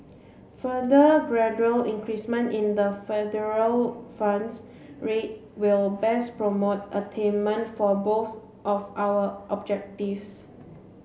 further gradual increasement in the federal funds rate will best promote attainment for both of our objectives